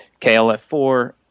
KLF4